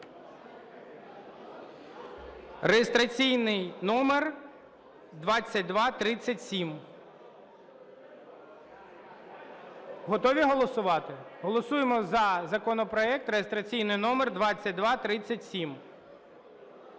Реєстраційний номер 2237. Готові голосувати? Голосуємо за законопроект реєстраційний номер 2237.